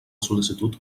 sol·licitud